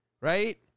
right